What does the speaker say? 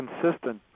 consistent